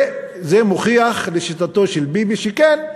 וזה מוכיח לשיטתו של ביבי שכן,